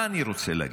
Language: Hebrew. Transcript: מה אני רוצה להגיד?